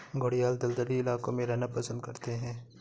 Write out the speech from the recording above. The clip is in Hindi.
घड़ियाल दलदली इलाकों में रहना पसंद करते हैं